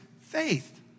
faith